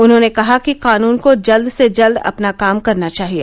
उन्होंने कहा कि कानन को जल्द से जल्द अपना काम करना चाहिए